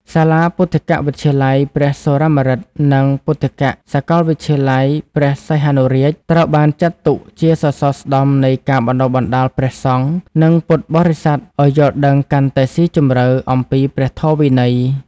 សាលាពុទ្ធិកវិទ្យាល័យព្រះសុរាម្រិត និងពុទ្ធិកសាកលវិទ្យាល័យព្រះសីហនុរាជ ត្រូវបានចាត់ទុកជាសសរស្តម្ភនៃការបណ្តុះបណ្តាលព្រះសង្ឃ និងពុទ្ធបរិស័ទឱ្យយល់ដឹងកាន់តែស៊ីជម្រៅអំពីព្រះធម៌វិន័យ។